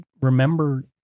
remember